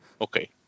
Okay